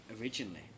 originally